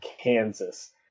Kansas